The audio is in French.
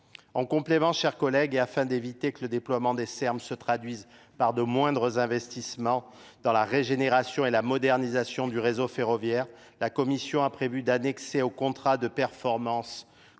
en complément chers collègues et afin d'éviter que le déploiement des serbes se traduise par de moindres investissements dans la régénération et la modernisation du réseau ferroviaire la commission a prévu ferroviaire, la